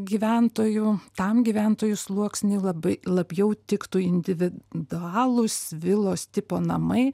gyventojų tam gyventojų sluoksniui labai labiau tiktų individualūs vilos tipo namai